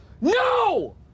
no